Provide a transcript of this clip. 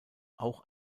auch